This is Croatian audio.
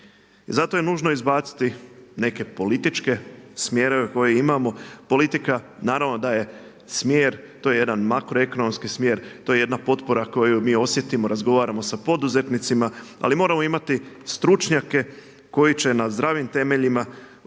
zato je nužno izbaciti neke političke smjerove koje imamo, politika naravno da je smjer, to je jedan makroekonomski smjer, to je jedna potpora koju mi osjetimo, razgovaramo sa poduzetnicima ali moramo imati stručnjake koji će na zdravim temeljima usmjeriti